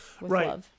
Right